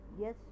Yes